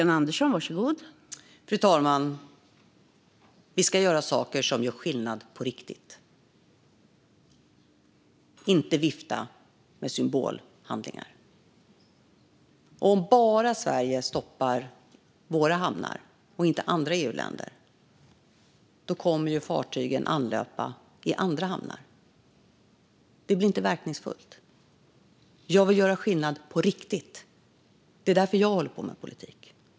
Fru talman! Vi ska göra saker som gör skillnad på riktigt, inte vifta med symbolhandlingar. Om bara Sverige stänger sina hamnar, och inga andra EU-länder, kommer ju fartygen att anlöpa andra hamnar. Det blir inte verkningsfullt. Jag vill göra skillnad på riktigt; det är därför jag håller på med politik.